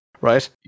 right